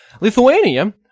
Lithuania